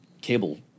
cable